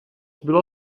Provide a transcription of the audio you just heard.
byla